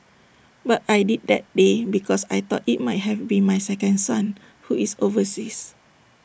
but I did that day because I thought IT might have been my second son who is overseas